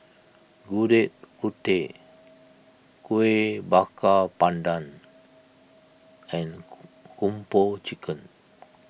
Gudeg Putih Kuih Bakar Pandan and Kung Po Chicken